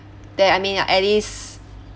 then I mean ya at least